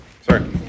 Sorry